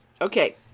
Okay